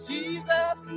Jesus